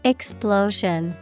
Explosion